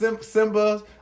Simba